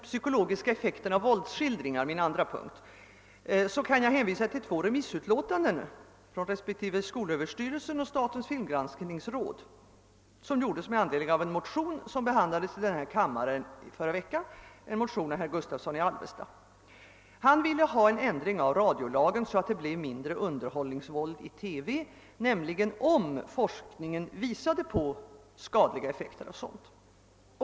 : psykologiska effekten av våldsskildringar, kan jag hänvisa till två remissyttranden från skolöverstyrelsen respektive statens filmgranskningsråd i anledning av en motion i denna kammrae av herr Gustavsson i Alvesta, som behandlades i förra veckan. Denne begärde där en ändring av radiolagen i syfte att minska underhållningsvåldet i TV, för den händelse att forskningen skulle komma att påvisa skadliga effekter härav.